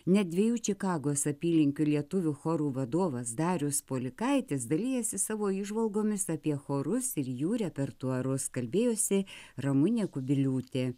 net dviejų čikagos apylinkių lietuvių chorų vadovas darius polikaitis dalijasi savo įžvalgomis apie chorus ir jų repertuarus kalbėjosi ramunė kubiliūtė